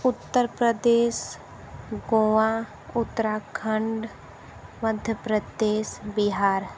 Uttar Pradesh Goa Uttarakhand Madhya Pradesh Bihar